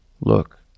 Look